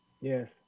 yes